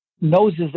noses